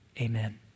amen